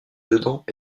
dedans